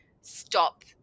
stop